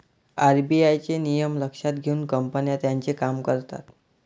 RBI चे नियम लक्षात घेऊन कंपन्या त्यांचे काम करतात